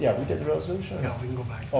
yeah we did the resolution. no, we can go back.